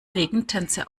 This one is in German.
regentänze